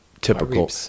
Typical